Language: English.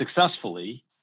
successfully